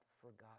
forgotten